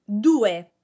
Due